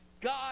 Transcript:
god